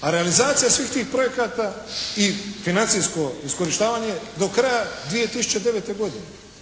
A realizacija svih tih projekata i financijsko iskorištavanje do kraja 2009. godine.